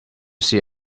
see